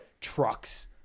trucks